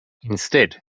instead